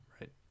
Right